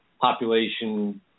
population